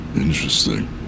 interesting